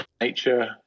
nature